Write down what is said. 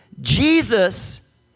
Jesus